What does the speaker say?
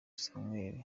samuel